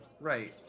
right